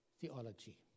theology